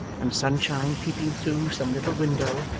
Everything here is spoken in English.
and sunshine peeping through some little window,